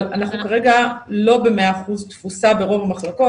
אבל אנחנו כרגע לא ב-100% תפוסה ברוב המחלקות,